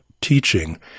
teaching